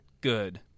good